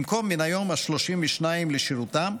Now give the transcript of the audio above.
במקום מהיום ה-32 לשירותם,